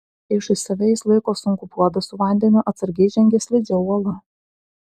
priešais save jis laiko sunkų puodą su vandeniu atsargiai žengia slidžia uola